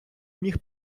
міг